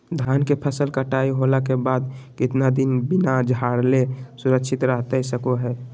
धान के फसल कटाई होला के बाद कितना दिन बिना झाड़ले सुरक्षित रहतई सको हय?